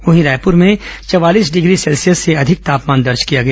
वहीं रायपुर में चवालीस डिग्री सेल्सियस से अधिक तापमान दर्ज किया गया